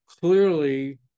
clearly